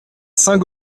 saint